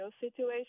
situation